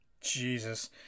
Jesus